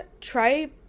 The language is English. try